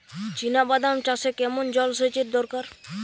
চিনাবাদাম চাষে কেমন জলসেচের দরকার?